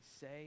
say